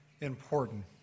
important